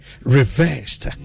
reversed